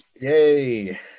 Yay